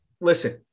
listen